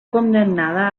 condemnada